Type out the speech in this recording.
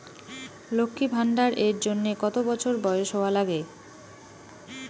লক্ষী ভান্ডার এর জন্যে কতো বছর বয়স হওয়া লাগে?